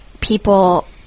people